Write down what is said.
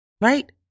right